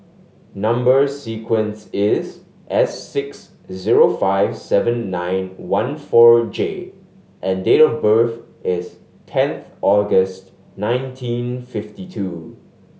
number sequence is S six zero five seven nine one four J and date of birth is tenth August nineteen fifty two